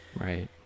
Right